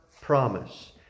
promise